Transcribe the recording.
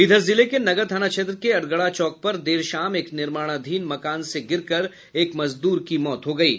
इधर जिले के नगर थाना क्षेत्र के अड़गड़ा चौक पर देर शाम एक निर्माणधीन मकान से गिरकर एक मजदूर की मौत हो गयी है